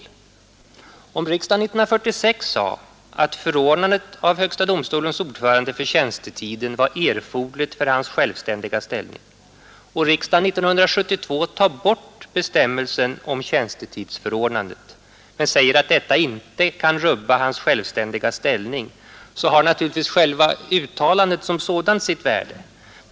Om riksdagen år 1946 sade, att förordnandet av högsta domstolens ordförande för tjänstetiden var erforderligt för dennes självständiga ställning och riksdagen sedan år 1972 avskaffar bestämmelsen om tjänstetidsförordnandet men säger att detta inte kan rubba hans självständiga ställning, har naturligtvis uttalandet som sådant sitt värde.